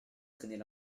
traînait